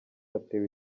atewe